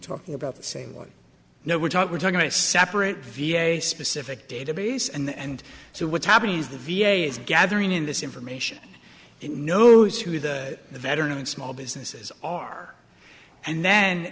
talking about the same no we're talk we're talking a separate v a specific database and so what's happening is the v a is gathering in this information it knows who the veteran and small businesses are and then